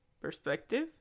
perspective